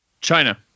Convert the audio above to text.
China